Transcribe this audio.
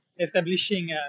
Establishing